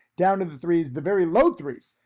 down to the threes, the very low threes,